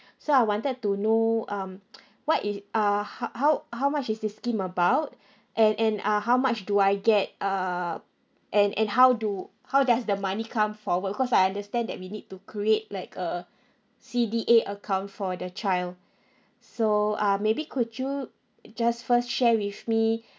so I wanted to know um what is uh how how how much is this scheme about and and uh how much do I get err and and how do how does the money come forward because I understand that we need to create like a C_D_A account for the child so uh maybe could you just first share with me